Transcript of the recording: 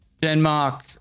Denmark